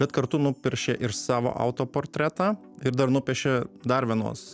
bet kartu nupiešė ir savo autoportretą ir dar nupiešė dar vienos